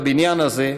בבניין הזה,